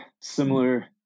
similar